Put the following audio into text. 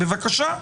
בבקשה.